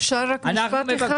אפשר רק משפט אחד?